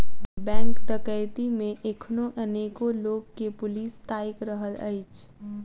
bank डकैती मे एखनो अनेको लोक के पुलिस ताइक रहल अछि